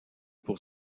pour